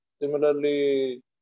Similarly